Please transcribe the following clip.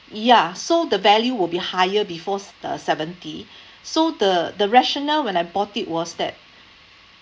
ya so the value will be higher before the seventy so the the rationale when I bought it was that